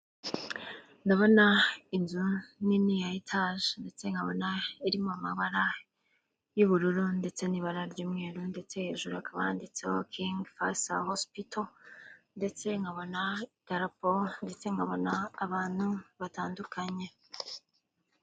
Ndabona inzu nini ya etage ndetse nkabona irimo amabara y'ubururu, ndetse n'ibara ry'umweru, ndetse hejuru hakaba handitseho kingi fayizari hosipito, ndetse nkabona idarapo, ndetse nkabona abantu batandukanye.